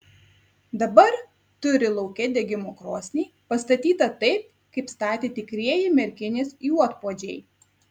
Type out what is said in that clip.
dabar turi lauke degimo krosnį pastatytą taip kaip statė tikrieji merkinės juodpuodžiai